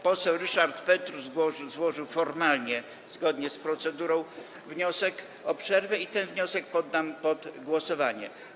Poseł Ryszard Petru złożył formalnie, zgodnie z procedurą, wniosek o przerwę i ten wniosek poddam pod głosowanie.